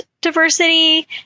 diversity